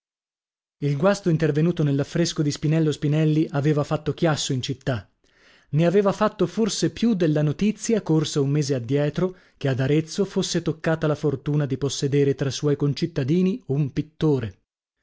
il guasto intervenuto nell'affresco di spinello spinelli aveva fatto chiasso in città ne aveva fatto forse più della notizia corsa un mese addietro che ad arezzo fossa toccata la fortuna di possedere tra suoi cittadini un pittore